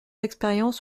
expériences